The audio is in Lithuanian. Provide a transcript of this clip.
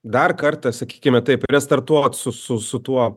dar kartą sakykime taip startuot su su su tuo